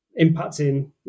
impacting